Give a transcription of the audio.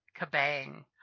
kabang